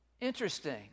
Interesting